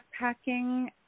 backpacking